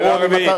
בר-און.